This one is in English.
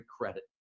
credit